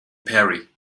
perry